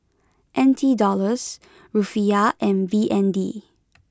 N T dollars Rufiyaa and B N D